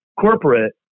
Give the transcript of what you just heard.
corporate